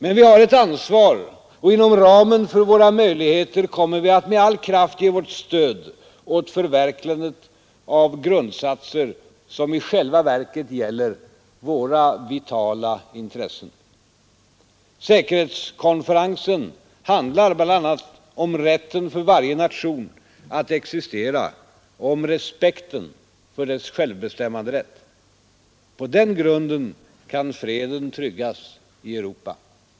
Men Vi har ett ansvar, och inom ramen för våra möjligheter kommer vi att med all kraft ge vårt stöd åt förverkligandet av grundsatser som i själva verket gäller våra vitala intressen. Säkerhetskonferensen handlar bl.a. om rätten för varje nation att existera och om respekten för dess självbestämmanderätt. På den grunden kan freden tryggas i Europa.